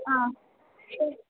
ആ